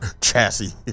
chassis